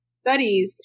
studies